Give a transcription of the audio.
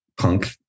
punk